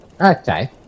Okay